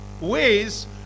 ways